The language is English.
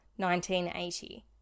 1980